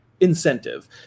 incentive